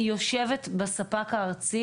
היא יושבת בספק הארצי